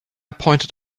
pointed